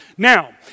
Now